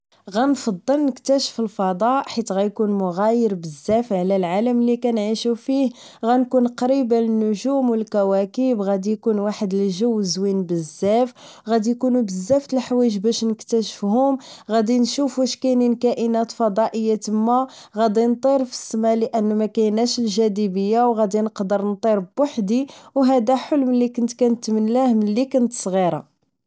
غنفضل نكتشف الفضاء حيت غيكون مغاير بزاف على العالم اللي كنعيشو فيه و غنكون قريبة للنجوم و الكواكب غادي يكون واحد الجو زوين بزاف غادي يكونو بزاف تلحوايج باش نكتاشفهوم غادي نشوف واش كاينين كائنات فضائية تما غادي نطير فالسما لانه ماكايناش الجادبية غادي نقدر نطير بوحدي هذا حلم اللي كنت نتمناه ملي كنت صغيرة